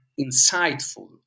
insightful